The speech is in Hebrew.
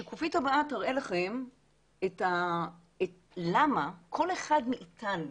השקופית הבאה תראה לכם למה כל אחד מאיתנו,